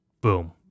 boom